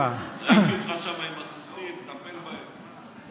חבר הכנסת אמסלם,